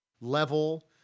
level